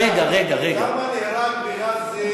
כמה נהרגו בעזה,